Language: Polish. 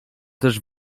też